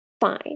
Fine